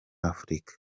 afurika